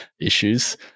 issues